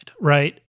Right